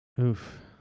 Oof